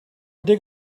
dig